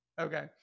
Okay